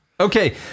Okay